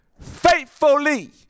faithfully